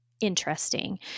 interesting